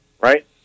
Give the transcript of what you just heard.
right